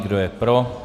Kdo je pro?